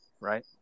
right